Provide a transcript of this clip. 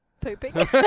pooping